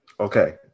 Okay